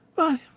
why,